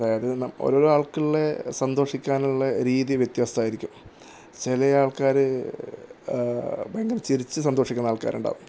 അതായത് ഒരാൾക്കുള്ള സന്തോഷിക്കാനുള്ള രീതി വ്യത്യാസമായിരിക്കും ചില ആൾക്കാർ ഭയങ്കര ചിരിച്ച് സന്തോഷിക്കുന്ന ആൾക്കാരുണ്ടാകും